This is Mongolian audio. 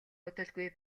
удалгүй